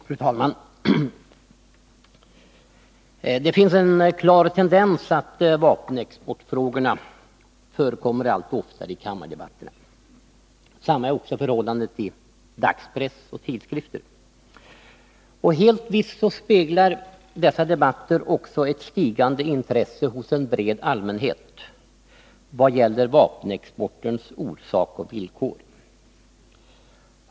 Fru talman! Det finns en klar tendens att vapenexportfrågorna förekommer allt oftare i kammardebatterna. Detsamma är förhållandet i dagspress och tidskrifter. Helt visst speglar dessa debatter också ett stigande intresse hos en bred allmänhet i vad gäller vapenexportens orsaker och villkor.